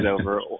over